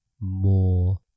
more